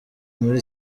muri